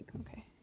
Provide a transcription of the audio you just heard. Okay